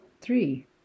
three